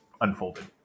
unfolded